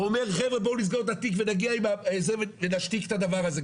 או אומר בואו נסגור את התיק ונשתיק את הדבר הזה,